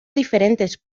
diferentes